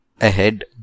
ahead